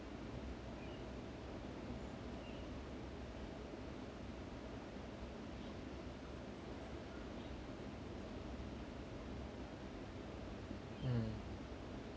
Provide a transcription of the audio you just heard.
mm